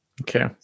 Okay